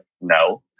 no